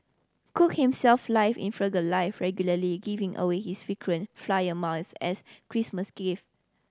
cook himself live in frugal life regularly giving away his frequent flyer miles as Christmas gift